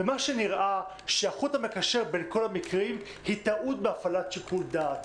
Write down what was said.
נראה שהחוט המקשר בין כל המקרים הוא טעות בהפעלת שיקול דעת.